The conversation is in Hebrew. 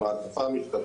למעטפה,